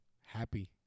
happy